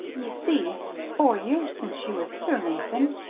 ye see it's four years since she was here, nathan,